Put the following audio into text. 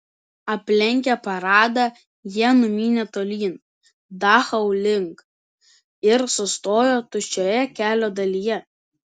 aplenkę paradą jie numynė tolyn dachau link ir sustojo tuščioje kelio dalyje